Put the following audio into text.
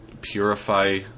purify